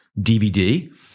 DVD